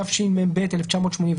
התשמ"ב-1982,